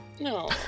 No